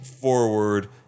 forward